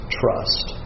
trust